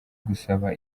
gusaba